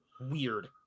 weird